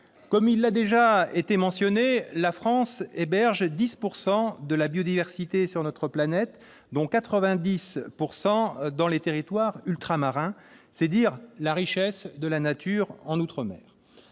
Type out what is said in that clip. Cela a déjà été mentionné, la France héberge quelque 10 % de la biodiversité de notre planète, dont 90 % dans les territoires ultramarins. C'est dire la richesse de la nature outre-mer